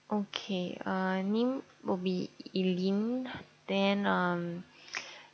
okay uh name would be elene then um